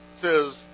says